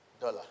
dollar